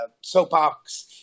soapbox